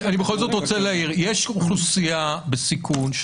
יש אוכלוסייה בסיכון,